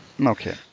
Okay